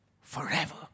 forever